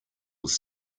was